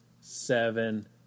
seven